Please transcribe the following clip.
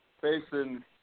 facing